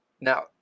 Now